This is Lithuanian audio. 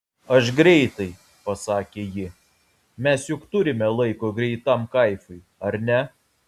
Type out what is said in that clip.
aš greitai pasakė ji mes juk turime laiko greitam kaifui ar ne